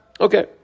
Okay